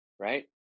Right